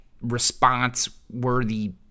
response-worthy